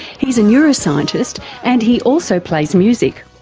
he's a neuroscientist and he also plays music.